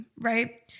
right